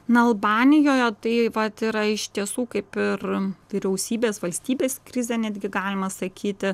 na albanijoje tai vat yra iš tiesų kaip ir vyriausybės valstybės krizė netgi galima sakyti